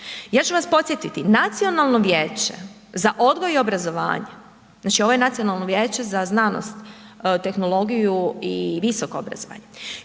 Ja ću vas podsjetiti Nacionalno vijeće za odgoj i obrazovanje, znači ovo je Nacionalnog vijeće za znanost, tehnologiju i visoko obrazovanje,